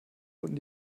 wurden